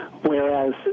Whereas